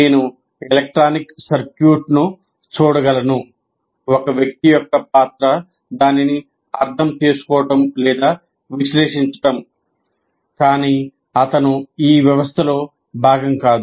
నేను ఎలక్ట్రానిక్ సర్క్యూట్ను చూడగలను ఒక వ్యక్తి యొక్క పాత్ర దానిని అర్థం చేసుకోవడం లేదా విశ్లేషించడం కానీ అతను ఈ వ్యవస్థలో భాగం కాదు